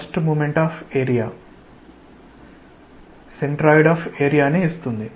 first moment of area centroid of area ని ఇస్తుంది